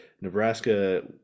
Nebraska